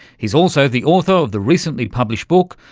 he's also the author of the recently published book,